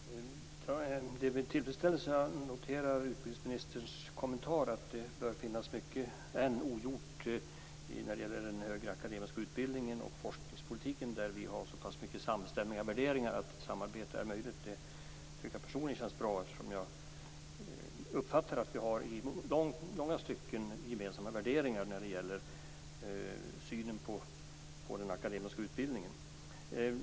Fru talman! Det är med tillfredsställelse jag noterar utbildningsministerns kommentar att det ännu bör finnas mycket ogjort när det gäller den högre akademiska utbildningen och forskningspolitiken. Där har vi så pass mycket samstämmiga värderingar att samarbete är möjligt. Det tycker jag personligen känns bra eftersom jag uppfattar att vi har i långa stycken gemensamma värderingar när det gäller synen på den akademiska utbildningen.